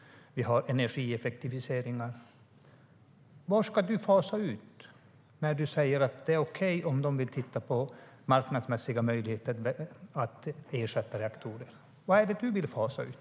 Vi har energieffektiviseringar. Vad ska du fasa ut när du säger att det är okej om de vill titta på marknadsmässiga möjligheter att ersätta reaktorer? Vad är det du vill fasa ut?